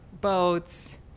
boats